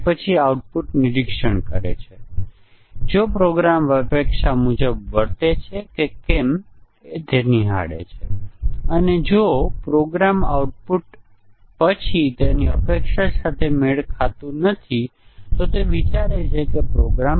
માત્ર એક ઉદાહરણ હોઈ શકે છે અથવા આપણે ઓપરેટર કરતા ઓછા ઓપરેટર સાથે ઓપરેટરને બદલી શકીએ છીએ પરંતુ હજી પણ ત્યાં કોઈ ભૂલ હોઈ શકે નહીં કારણ કે ત્યાં પણ ઓછા કામ કરશે